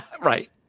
Right